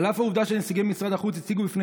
על אף העובדה שנציגי משרד החוץ הציגו בפני